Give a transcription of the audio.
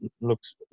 looks